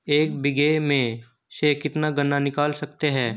एक बीघे में से कितना गन्ना निकाल सकते हैं?